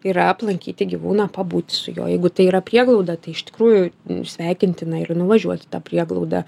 yra aplankyti gyvūną pabūti su juo jeigu tai yra prieglauda tai iš tikrųjų sveikintina ir nuvažiuot į tą prieglaudą